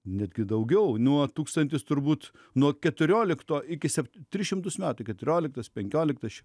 netgi daugiau nuo tūkstantis turbūt nuo keturiolikto iki sep tris šimtus metų keturioliktas penkioliktas